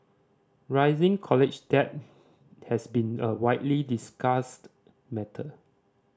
rising college debt has been a widely discussed matter